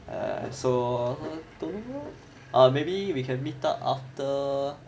and so to or maybe we can meet up after